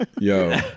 Yo